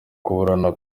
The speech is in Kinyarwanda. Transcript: kuburana